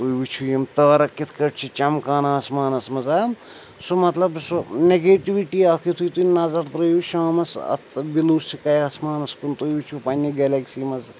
تُہۍ وٕچھُو یِم تارَک کِتھ کٲٹھۍ چھِ چَمکان آسمانَس منٛز سُہ مطلب سُہ نٮ۪گیٹِوِٹی اَکھ یُتھُے تُہۍ نظر ترٛٲیِو شامَس اَتھ بِلیوٗ سِکَے اَسمانَس کُن تُہۍ وٕچھِو پنٛنہِ گٮ۪لٮ۪کسی منٛز